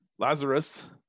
Lazarus